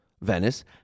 Venice